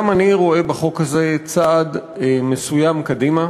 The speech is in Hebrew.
גם אני רואה בחוק הזה צעד מסוים קדימה,